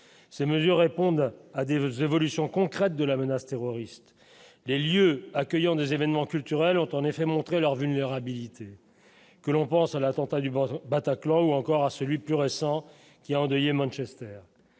ces mesures répondent à des voeux évolution concrète de la menace terroriste, les lieux accueillant des événements culturels ont en effet montré leur vulnérabilité que l'on pense à l'attentat du bord Bataclan ou encore à celui plus récent qui a endeuillé Manchester,